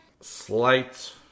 Slight